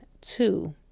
two